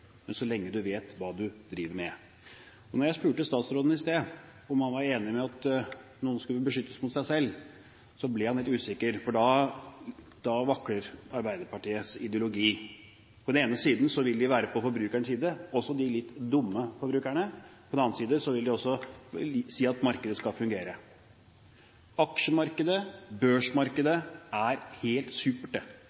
så lenge du vet hva du driver med. Da jeg spurte statsråden i sted om han var enig i at noen skulle beskyttes mot seg selv, ble han litt usikker, for da vakler Arbeiderpartiets ideologi. På den ene siden vil de være på forbrukernes side, også de litt dumme forbrukerne, på den annen side vil de også litt si at markedet skal fungere. Aksjemarkedet,